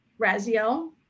Raziel